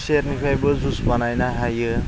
खुसेरनिफ्रायबो जुइस बानायनो हायो